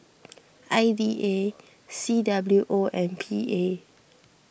I D A C W O and P A